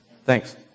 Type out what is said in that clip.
Thanks